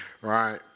Right